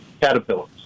caterpillars